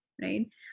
right